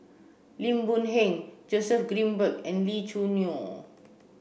Lim Boon Heng Joseph Grimberg and Lee Choo Neo